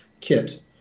kit